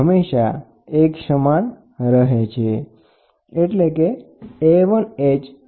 તો આ સાંકડી નળીમાંથી પહોળી નળીમાં જતા પ્રવાહી નું કદ છે તે હંમેશા માટે સમાન જ હોય છે